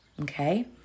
okay